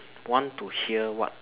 want to hear what